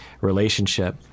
relationship